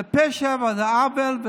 זה פשע וזה עוול,